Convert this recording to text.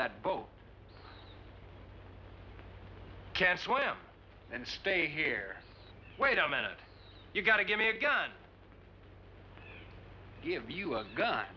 that boat can't swim and stay here wait a minute you've got to give me a gun give you a gun